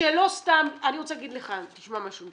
אני רוצה להגיד לך אני